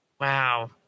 Wow